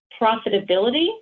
profitability